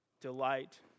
delight